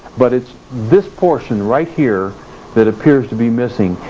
but it's this portion right here that appears to be missing,